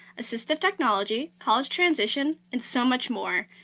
assistive technology, college transition, and so much more,